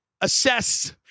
assess